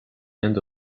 end